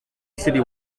city